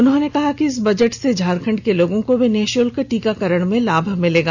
उन्होंने कहा कि इस बजट से झारखंड के लोगों को भी निःशल्क टीकाकरण में लाभ मिलेगा